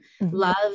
love